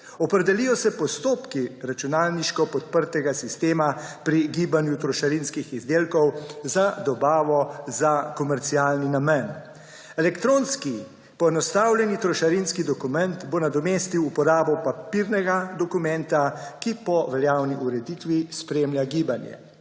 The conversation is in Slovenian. Opredelijo se postopki računalniško podprtega sistema pri gibanju trošarinskih izdelkov za dobavo za komercialni namen. Elektronski poenostavljeni trošarinski dokument bo nadomestil uporabo papirnega dokumenta, ki po veljavni ureditvi spremlja gibanje.